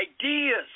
ideas